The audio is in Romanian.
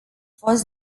fost